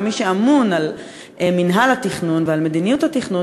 כמי שאמון על מינהל התכנון ועל מדיניות התכנון,